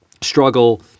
struggle